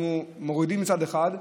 אנחנו מורידים מצד אחד,